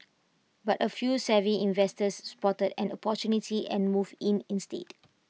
but A few savvy investors spotted an opportunity and moved in instead